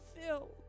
Fill